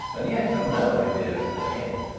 and yet have no idea in her head,